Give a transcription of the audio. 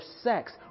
sex